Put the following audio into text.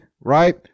right